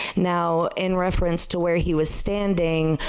now, in reference to where he was standing,